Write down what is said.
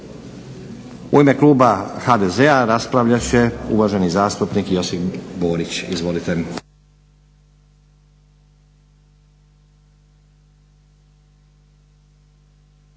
U ime kluba HDZ-a raspravljat će uvaženi zastupnik Josip Borić.